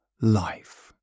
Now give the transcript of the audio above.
life